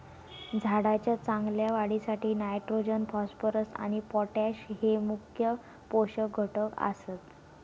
झाडाच्या चांगल्या वाढीसाठी नायट्रोजन, फॉस्फरस आणि पोटॅश हये मुख्य पोषक घटक आसत